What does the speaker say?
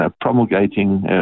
promulgating